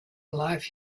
life